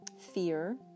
fear